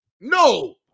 No